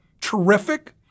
terrific